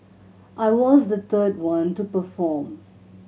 I was the third one to perform